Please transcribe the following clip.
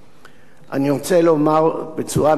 אני רוצה לומר בצורה מאוד ברורה: